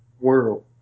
World